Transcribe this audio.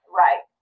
right